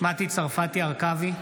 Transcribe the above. מטי צרפתי הרכבי,